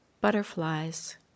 Butterflies